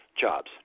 jobs